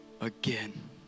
again